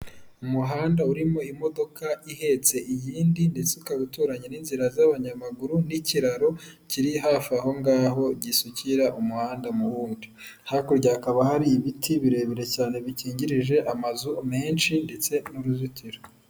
Umuhanda urimo imodoka ihetse iyindi ndetse ikaba uturanye n'inzira z'abanyamaguru n'ikiraro kiri hafi aho ngaho gisukira umuhanda mu wundi. Hakurya hakaba hari ibiti birebire cyane bikingirije amazu menshi ndetse n'uruzitiro.